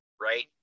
right